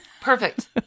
Perfect